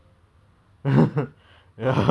ya ya